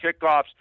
kickoffs